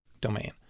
domain